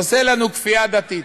עושים לנו כפייה דתית.